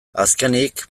azkenik